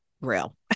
real